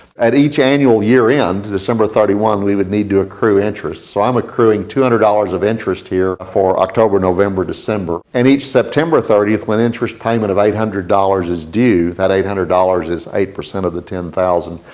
at each annual year end, to december thirty one, we would need to accrue interest. so i'm accruing two hundred dollars of interest here for october, november, december. and each september thirtieth, when interest payment of eight hundred dollars is due, that eight hundred dollars is eight percent of the ten thousand.